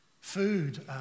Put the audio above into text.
Food